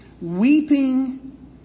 weeping